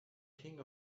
king